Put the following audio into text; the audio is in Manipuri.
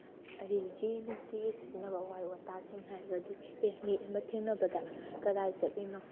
ꯑꯩꯒꯤ ꯅꯨꯡꯇꯤꯒꯤ ꯁꯤꯖꯤꯟꯅꯕ ꯋꯥꯍꯩ ꯋꯥꯇꯥꯁꯤꯡ ꯍꯥꯏꯔꯒꯗꯤ ꯑꯦ ꯃꯤ ꯑꯃ ꯊꯦꯡꯅꯕꯗ ꯀꯗꯥꯏ ꯆꯠꯂꯤꯅꯣ